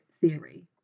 theory